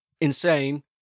insane